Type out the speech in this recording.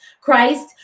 Christ